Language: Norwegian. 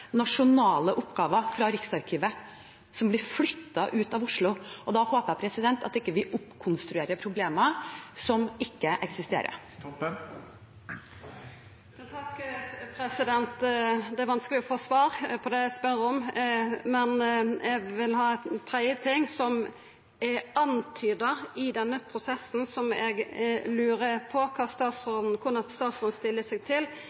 nasjonale oppgaver, som blir flyttet ut av Oslo. Da håper jeg at man ikke oppkonstruerer problemer som ikke eksisterer. Det er vanskeleg å få svar på det eg spør om, men det er ein tredje ting som er antyda i denne prosessen, og som eg lurer på korleis statsråden stiller seg til.